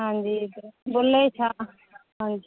ਹਾਂਜੀ ਬੁੱਲੇ ਸ਼ਾਹ ਹਾਂਜੀ